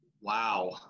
Wow